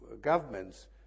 governments